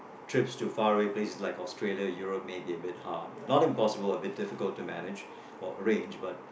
trips to far away places like Australia Europe may be a bit hard not impossible a bit difficult to manage or arrange but